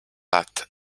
that